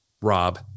Rob